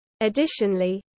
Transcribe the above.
Additionally